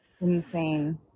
Insane